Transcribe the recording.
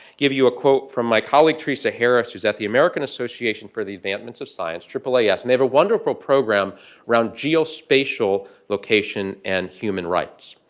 give you a quote from my colleague theresa harris, who's at the american association for the advancement of science, aaas, and they have a wonderful program around geospatial location and human rights.